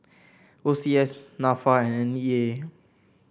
O C S NAFA and N E A